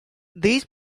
these